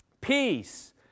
peace